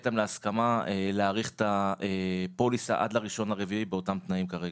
איתם להסכמה להאריך את הפוליסה עד ל- 1.4.2023 בתנאים הקיימים.